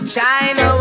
China